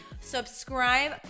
subscribe